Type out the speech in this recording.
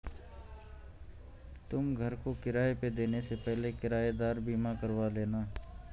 तुम घर को किराए पे देने से पहले किरायेदार बीमा करवा लेना